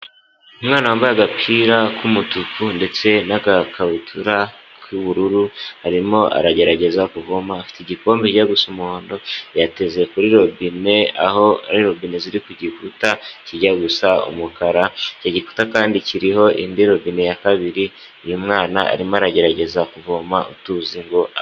Umwana wambaye agapira k'umutuku ndetse n'agakabutura k'ubururu arimo aragerageza kuvoma afite igikombe kijya gusa umuhondo, yateze kuri robine aho ari robine ziri ku gikuta kijya gusa umukara, icyo gikuta kandi kiriho indi robine ya kabiri uyu mwana arimo aragerageza kuvoma utuzi ngo